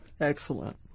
Excellent